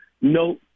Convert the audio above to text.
No